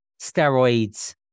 steroids